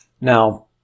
Now